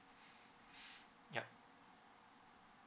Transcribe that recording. yup